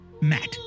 Matt